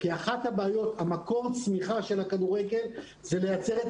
כי מקור הצמיחה של הכדורגל זה לייצר את